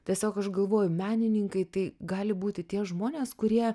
tiesiog aš galvoju menininkai tai gali būti tie žmonės kurie